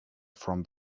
from